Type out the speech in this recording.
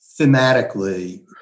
thematically